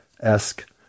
esque